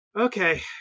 okay